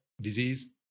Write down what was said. disease